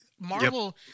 Marvel